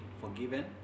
forgiven